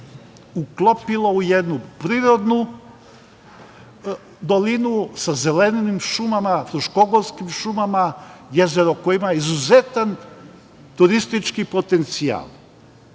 uklopilo u jednu prirodnu dolinu sa zelenim šumama, fruškogorskim šumama, jezero koje ima izuzetan turistički potencijal. Postavljam